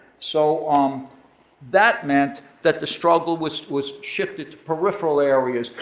so um that meant that the struggle was was shifted to peripheral areas,